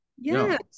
Yes